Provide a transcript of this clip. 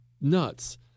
nuts